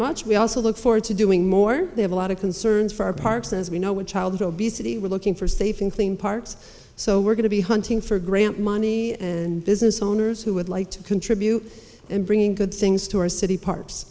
much we also look forward to doing more they have a lot of concerns for our parks as we know with child obesity we're looking for saving clean parts so we're going to be hunting for grant money and business owners who would like to contribute and bringing good things to our city parks